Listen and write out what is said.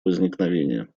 возникновения